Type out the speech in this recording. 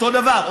אותו דבר,